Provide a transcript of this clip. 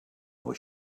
where